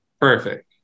perfect